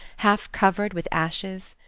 halfcovered with ashes?